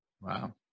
Wow